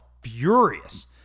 furious